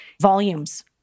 volumes